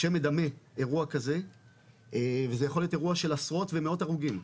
שמדמה אירוע כזה וזה יכול להיות אירוע של עשרות ומאות הרוגים.